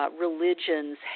Religions